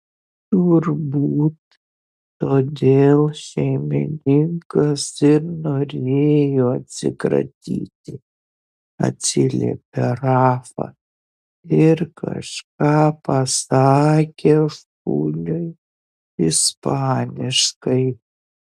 turbūt todėl šeimininkas ir norėjo atsikratyti atsiliepė rafa ir kažką pasakė šuniui ispaniškai